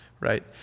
right